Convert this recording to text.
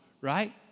right